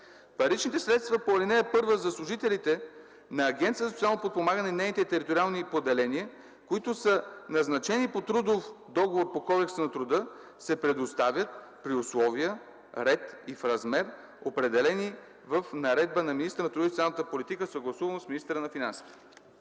Паричните средства по ал. 1 за служителите на Агенцията за социално подпомагане и нейните териториални поделения, които са назначени по трудов договор по Кодекса на труда, се предоставят при условия, ред и в размер, определени в наредба на министъра на труда и социалната политика, съгласувано с министъра на финансите.”